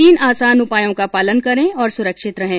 तीन आसान उपायों का पालन करें और सुरक्षित रहें